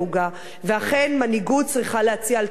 ואכן מנהיגות צריכה להציע אלטרנטיבה.